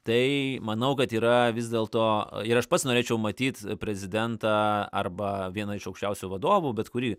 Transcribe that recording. tai manau kad yra vis dėlto ir aš pats norėčiau matyt prezidentą arba vieno iš aukščiausiųjų vadovų bet kurį